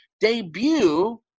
debut